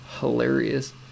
hilarious